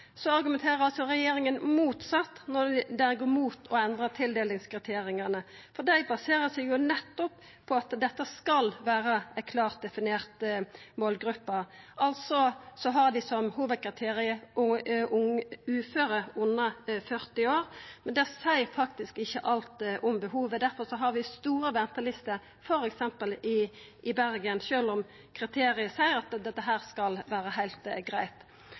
argumenterer dei motsett når dei går mot å endra tildelingskriteria, for dei baserer seg nettopp på at dette skal vera ei klart definert målgruppe, og har som hovudkriterium at det er uføre under 40 år. Men det seier faktisk ikkje alt om behovet, og difor har vi lange ventelister, f.eks. i Bergen, sjølv om kriteriet seier at dette skal vera heilt greitt.